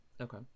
Okay